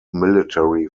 military